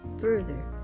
further